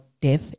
death